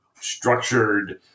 structured